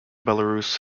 belarus